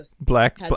black